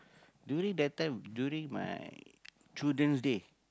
during that time during my Children's Day